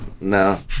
No